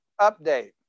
update